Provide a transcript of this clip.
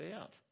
out